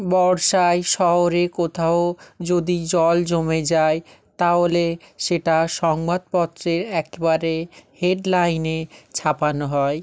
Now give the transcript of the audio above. বর্ষায় শহরে কোথাও যদি জল জমে যায় তাহলে সেটা সংবাদপত্রের একবারে হেডলাইনে ছাপানো হয়